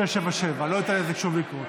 מס' 677. לא אתן לזה שוב לקרות.